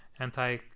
anti